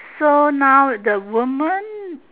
so now the woman